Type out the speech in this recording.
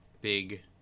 big